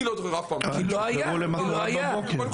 אני לא זוכר שקרה דבר כזה.